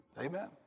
Amen